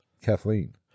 Kathleen